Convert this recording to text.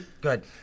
Good